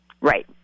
Right